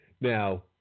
Now